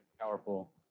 powerful